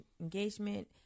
engagement